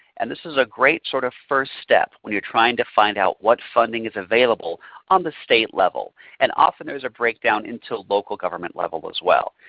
and this is a great sort of first step when you are trying to find out what funding is available on the state level. and often there is a breakdown into local government level as well.